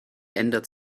ändert